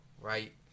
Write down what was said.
right